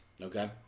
Okay